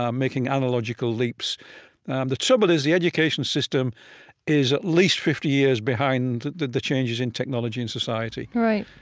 um making analogical leaps and the trouble is, the education system is at least fifty years behind the the changes in technology in society right.